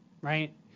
right